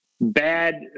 bad